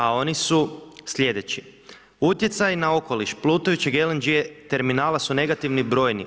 A oni su slijedeći: Utjecaji na okoliš plutajućeg LNG terminala su negativni i brojni.